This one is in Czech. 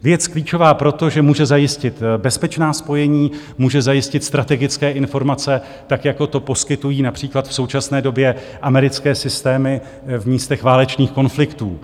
Věc klíčová proto, že může zajistit bezpečná spojení, může zajistit strategické informace, tak jako to poskytují například v současné době americké systémy v místech válečných konfliktů.